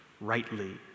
rightly